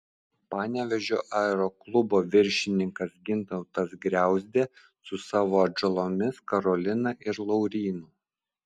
panevėžio aeroklubo viršininkas gintautas griauzdė su savo atžalomis karolina ir laurynu